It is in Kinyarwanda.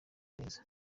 neza